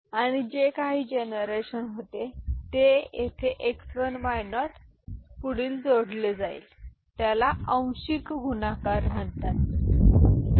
आणि जे काही जनरेशन होते ते येथे x 1 y 0 पुढील जोडले जाईल याला आंशिक गुणाकार म्हणतात ठीक आहे